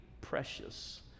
precious